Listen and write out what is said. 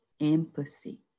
empathy